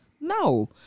No